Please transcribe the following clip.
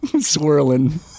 swirling